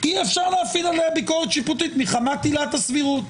אי-אפשר להפעיל עליה ביקורת שיפוטית מחמת עילת הסבירות.